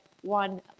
one